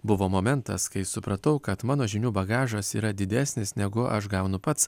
buvo momentas kai supratau kad mano žinių bagažas yra didesnis negu aš gaunu pats